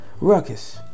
Ruckus